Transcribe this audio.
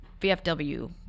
VFW